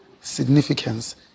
significance